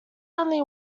only